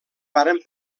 varen